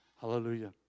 Hallelujah